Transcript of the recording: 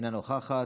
אינה נוכחת.